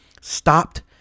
stopped